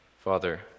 Father